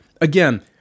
again